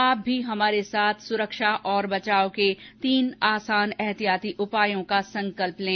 आप भी हमारे साथ सुरक्षा और बचाव के तीन आसान एहतियाती उपायों का संकल्प लें